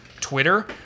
Twitter